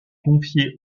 confié